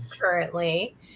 currently